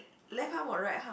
left arm or right arm